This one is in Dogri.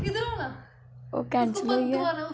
ओह् कैंसल होइये